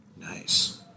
Nice